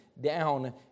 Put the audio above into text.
down